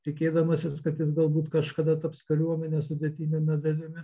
tikėdamasis kad jis galbūt kažkada taps kariuomenės sudėtiniame dalimi